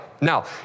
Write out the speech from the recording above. Now